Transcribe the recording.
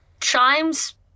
chimes